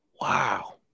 Wow